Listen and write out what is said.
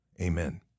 Amen